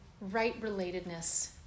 right-relatedness